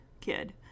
kid